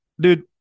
dude